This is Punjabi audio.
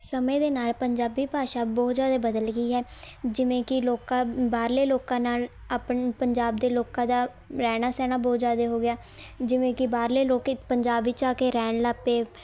ਸਮੇਂ ਦੇ ਨਾਲ ਪੰਜਾਬੀ ਭਾਸ਼ਾ ਬਹੁਤ ਜ਼ਿਆਦਾ ਬਦਲ ਗਈ ਹੈ ਜਿਵੇਂ ਕਿ ਲੋਕਾਂ ਬਾਹਰਲੇ ਲੋਕਾਂ ਨਾਲ ਆਪਣੀ ਪੰਜਾਬ ਦੇ ਲੋਕਾਂ ਦਾ ਰਹਿਣਾ ਸਹਿਣਾ ਬਹੁਤ ਜ਼ਿਆਦਾ ਹੋ ਗਿਆ ਜਿਵੇਂ ਕਿ ਬਾਹਰਲੇ ਲੋਕ ਪੰਜਾਬ ਵਿੱਚ ਆ ਕੇ ਰਹਿਣ ਲੱਗ ਪਏ